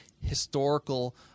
historical